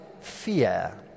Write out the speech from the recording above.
fear